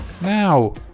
Now